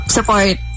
Support